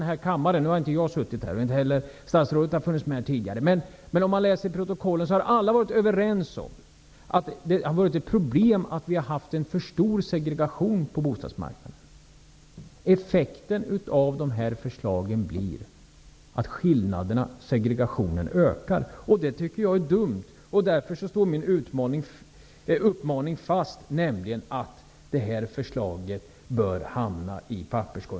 Nu har jag inte suttit i riksdagen så länge, och inte heller statsrådet har varit med tidigare, men man kan läsa i protokollen. Vi har haft problem med en för stor segregation på bostadsmarknaden. Effekten av dessa förslag blir att skillnaderna, segregationen, ökar. Det tycker jag är dumt. Därför står min uppmaning fast: Detta förslag bör hamna i papperskorgen.